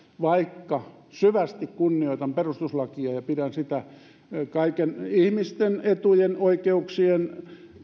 vaikka syvästi kunnioitan perustuslakia ja pidän sitä ihmisten etujen oikeuksien